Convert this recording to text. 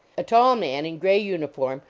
a tall man in gray uniform,